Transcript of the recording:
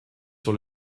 sur